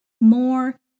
more